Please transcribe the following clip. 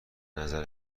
نظر